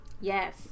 yes